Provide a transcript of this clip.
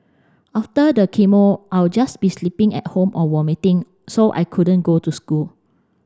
after the chemo I'll just be sleeping at home or vomiting so I couldn't go to school